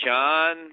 John